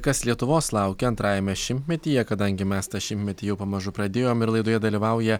kas lietuvos laukia antrajame šimtmetyje kadangi mes tą šimtmetį jau pamažu pradėjom ir laidoje dalyvauja